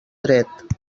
dret